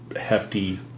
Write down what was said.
hefty